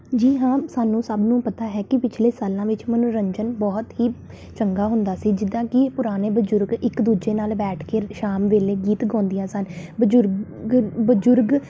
ਜੀ ਹਾਂ ਸਾਨੂੰ ਸਭ ਨੂੰ ਪਤਾ ਹੈ ਕਿ ਪਿਛਲੇ ਸਾਲਾਂ ਵਿੱਚ ਮਨੋਰੰਜਨ ਬਹੁਤ ਹੀ ਚੰਗਾ ਹੁੰਦਾ ਸੀ ਜਿੱਦਾਂ ਕਿ ਇਹ ਪੁਰਾਣੇ ਬਜ਼ੁਰਗ ਇੱਕ ਦੂਜੇ ਨਾਲ ਬੈਠ ਕੇ ਸ਼ਾਮ ਵੇਲੇ ਗੀਤ ਗਾਉਂਦੀਆਂ ਸਨ ਬਜ਼ੁਰਗ ਬ ਬਜ਼ੁਰਗ